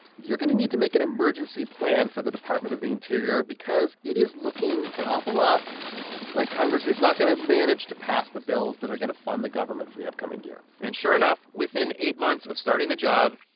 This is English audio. you're going to need to make an emergency plan for the department of the interior because it is looking an awful lot like congress is not going to manage to pass the bills that are going to fund the government for the upcoming year and sure enough, within eight months of starting the job,